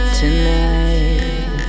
tonight